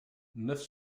neuf